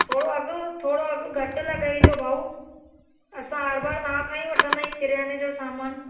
थोड़ो अघु थोड़ो अघु घटि लॻाई जो भाउ असां हर बार तहांखां ही वठंदा आयूं किरयाने जो समान